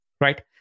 right